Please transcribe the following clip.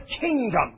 kingdom